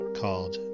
called